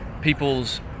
people's